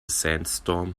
sandstorm